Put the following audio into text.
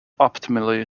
optimally